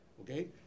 okay